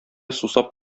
сусап